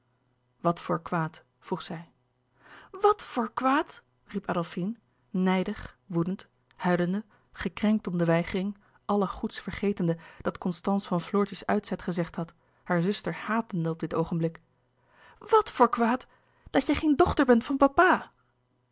wat voor kwaad vroeg zij wat voor kwaad riep adolfine nijdig woedend huilende gekrenkt om de weigering alle goeds vergetende dat constance van floortje's uitzet gezegd had hare zuster hatende op dit oogenblik wat voor kwaad dat jij geen dochter bent van papa